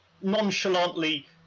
nonchalantly